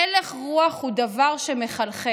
הלך רוח הוא דבר שמחלחל,